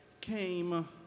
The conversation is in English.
came